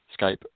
Skype